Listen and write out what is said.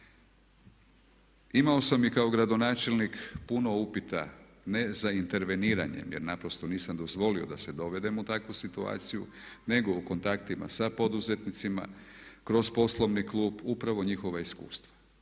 Imamo sam i kao gradonačelnik puno uputa ne za interveniranje jer naprosto nisam dozvolio da se dovedem u takvu situaciju nego u kontaktima sa poduzetnicima, kroz poslovni klub upravo njihova iskustva